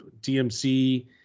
DMC